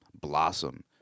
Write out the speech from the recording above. blossom